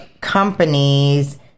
companies